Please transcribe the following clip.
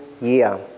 year